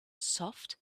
soft